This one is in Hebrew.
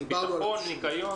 ביטחון, ניקיון